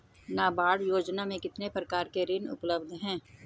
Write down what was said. नाबार्ड योजना में कितने प्रकार के ऋण उपलब्ध हैं?